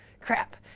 crap